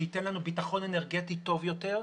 שייתן לנו ביטחון אנרגטי טוב יותר,